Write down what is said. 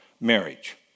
marriage